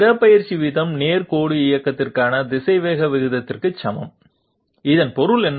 இடப்பெயர்ச்சி விகிதம் நேர் கோடு இயக்கத்திற்கான திசைவேக விகிதத்திற்கு சமம் இதன் பொருள் என்ன